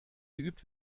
geübt